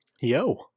Yo